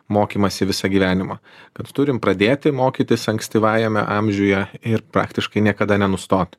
mokymąsi visą gyvenimą kad turim pradėti mokytis ankstyvajame amžiuje ir praktiškai niekada nenustot